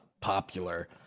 popular